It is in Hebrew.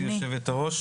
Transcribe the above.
תודה רבה גברתי היו"ר.